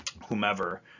whomever